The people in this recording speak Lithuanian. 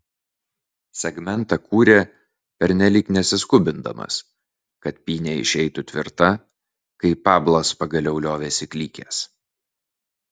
segmentą kūrė pernelyg nesiskubindamas kad pynė išeitų tvirta kai pablas pagaliau liovėsi klykęs